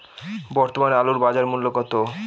বর্তমানে আলুর বাজার মূল্য কত?